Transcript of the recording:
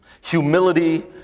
humility